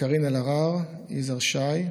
קארין אלהרר, יזהר שי,